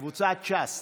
קבוצת ש"ס.